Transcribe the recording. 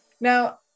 Now